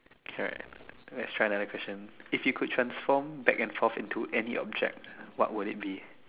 it's alright let's try another question if you could transform back and forth into any object what would it be